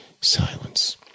silence